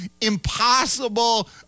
impossible